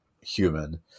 human